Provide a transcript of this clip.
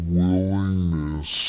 willingness